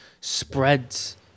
spreads